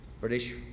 British